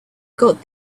got